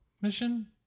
mission